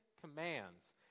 commands